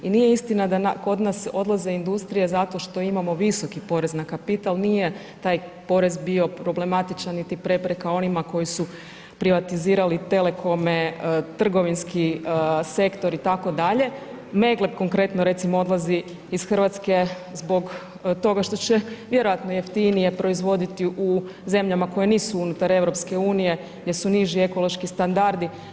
I nije istina da kod nas odlaze industrije zato što imamo visoki porez na kapital nije taj porez bio problematičan niti prepreka onima koji su privatizirali telekome, trgovinski sektor, Meggle konkretno recimo odlazi iz Hrvatske zbog toga što će vjerojatno jeftinije proizvoditi u zemljama koje nisu unutar EU jer su niži ekološki standardi.